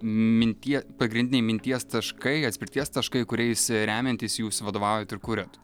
mintie pagrindiniai minties taškai atspirties taškai kuriais remiantis jūs vadovaujat ir kuriat